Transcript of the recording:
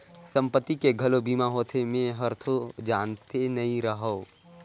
संपत्ति के घलो बीमा होथे? मे हरतो जानते नही रहेव